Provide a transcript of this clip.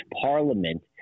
parliament